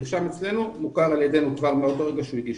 נרשם אצלנו ומוכר על ידינו מאותו רגע שהוא הגיש.